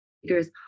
figures